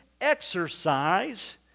exercise